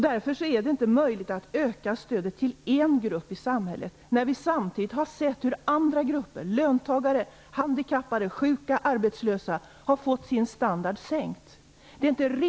Det är inte möjligt att öka stödet till en grupp i samhället när andra grupper - löntagare, handikappade, sjuka och arbetslösa - har fått sin standard sänkt.